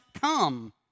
come